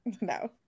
No